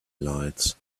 lights